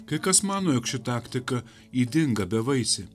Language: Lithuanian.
kai kas mano jog ši taktika ydinga bevaisė